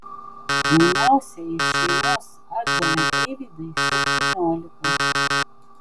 jauniausiai šeimos atžalai eivydai septyniolika